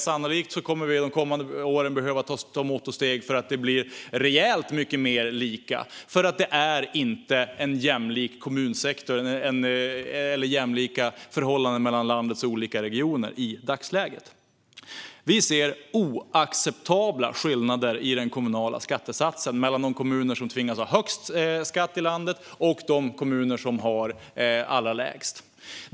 Sannolikt kommer vi de kommande åren att behöva ta mått och steg för att det blir rejält mycket mer lika, för det är inte en jämlik kommunsektor och jämlika förhållanden mellan landets olika regioner i dagsläget. Vi ser oacceptabla skillnader i kommunala skattesatser mellan de kommuner som tvingas att ha högst skatt i landet och de kommuner som har allra lägst.